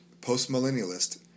postmillennialist